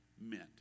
meant